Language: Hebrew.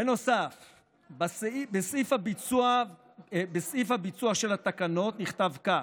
בנוסף, בסעיף הביצוע של התקנות נכתב כך: